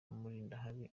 mulindahabi